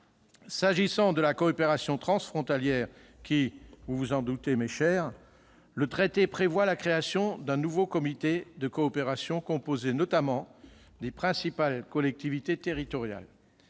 S'agissant de la coopération transfrontalière, qui- vous vous en doutez -m'est chère, le traité prévoit la création d'un nouveau comité de coopération, composé notamment des principales collectivités territoriales.